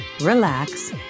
relax